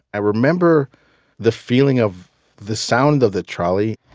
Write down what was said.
i remember the feeling of the sound of the trolley